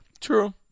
True